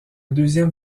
deuxième